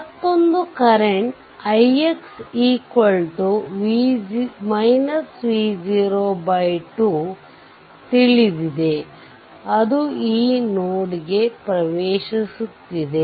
ಮತ್ತೊಂದು current ix V0 2 ತಿಳಿದಿದೆ ಅದು ಈ ನೋಡ್ಗೆ ಪ್ರವೇಶಿಸುತ್ತಿದೆ